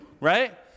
right